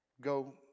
go